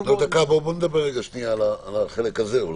בוא נדבר רגע על החלק הזה.